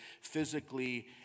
physically